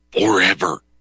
forever